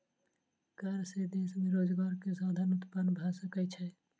कर से देश में रोजगार के साधन उत्पन्न भ सकै छै